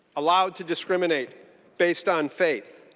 allowed to discriminate based on faith.